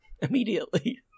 Immediately